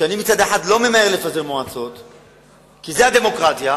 שאני מצד אחד לא ממהר לפזר מועצות כי זו הדמוקרטיה,